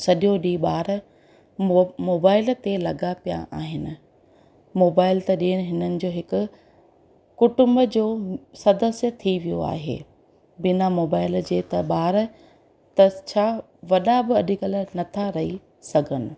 सॼो ॾींहुं ॿार मो मोबाइल ते लॻा पिया आहिनि मोबाइल त ॼणु हिननि जो हिकु कुटुंब जो सदस्य थी वियो आहे बिना मोबाइल जे त ॿार अथसि छा वॾा बि अॼुकल्ह नथा रही सघनि